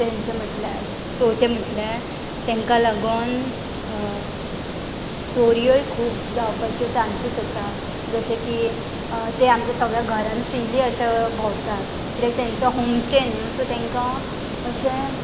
तेंचे म्हटल्या चवथें म्हटल्या तेंका लागोन चोरयोय खूब जावपाच्यो चान्सीस आसा जशें की ते आमच्या सगळ्या घरान फ्रिली अशें भोंवतात किद्याक तेंचो होम स्टे न्हू सो तेंकां अशें